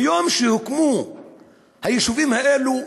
מיום שהוקמו היישובים האלו,